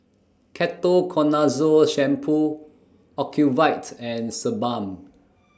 Ketoconazole Shampoo Ocuvite and Sebamed